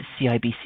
CIBC